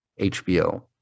HBO